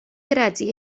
gredu